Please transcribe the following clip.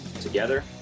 together